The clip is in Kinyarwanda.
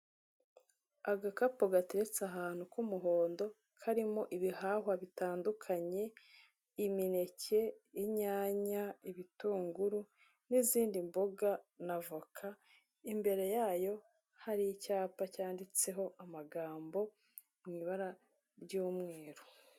Agakapu gateretse ahantu k'umuhondo karimo ibihahwa bitandukanye: imineke, inyanya, ibitunguru n'izindi mboga na voka, imbere yayo hari icyapa cyanditseho amagambo mu ibara ry'umweru.